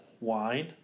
wine